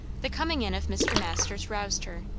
the coming in of mr. masters roused her,